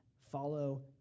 follow